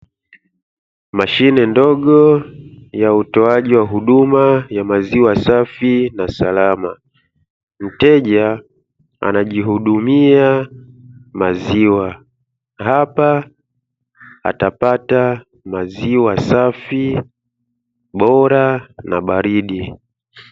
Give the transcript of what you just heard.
Mashine ndogo ya utoaji wa huduma ya maziwa safi na salama, mteja anajihudumia maziwa. Hapa atapata maziwa safi, bora na baridi.